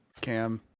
Cam